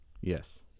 Yes